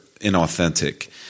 inauthentic